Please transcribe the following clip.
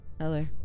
hello